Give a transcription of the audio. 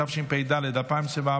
התשפ"ד 2024,